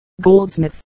Goldsmith